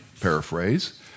paraphrase